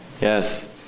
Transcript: Yes